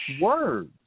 Words